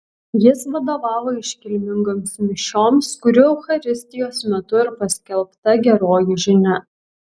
jis vadovavo iškilmingoms mišioms kurių eucharistijos metu ir paskelbta geroji žinia